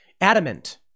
adamant